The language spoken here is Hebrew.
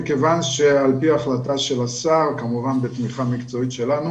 מכיוון שעל פי החלטה של השר כמובן בתמיכה מקצועית שלנו